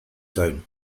down